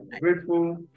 grateful